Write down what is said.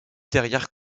derrière